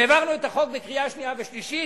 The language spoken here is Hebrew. והעברנו את החוק בקריאה שנייה ושלישית,